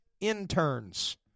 interns